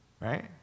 right